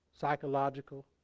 psychological